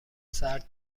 سرد